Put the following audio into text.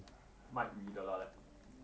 卖鱼的 lah